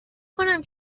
کنم